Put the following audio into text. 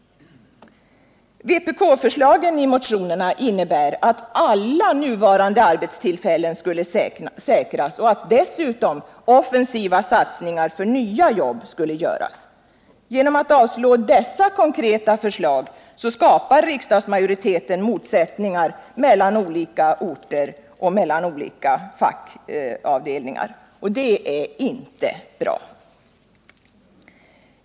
Vpk-förslagen i motionerna innebär att alla nuvarande arbetstillfällen skulle säkras och dessutom att offensiva satsningar för nya jobb skulle göras. Genom att avslå dessa konkreta förslag skapar riksdagsmajoriteten motsättningar mellan olika orter och fackföreningar. Det är inte bra.